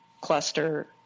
cluster